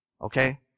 Okay